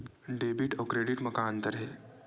Debit अउ credit म का अंतर हे?